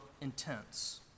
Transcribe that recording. intense